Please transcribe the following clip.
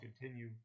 continue